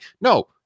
No